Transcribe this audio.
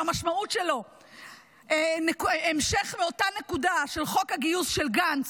שהמשמעות שלו המשך מאותה נקודה של חוק הגיוס של גנץ,